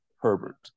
Herbert